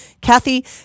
Kathy